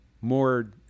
more